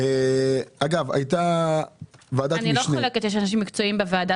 אני לא חולקת על כך שיש אנשים מקצועיים בוועדה.